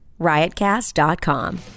Riotcast.com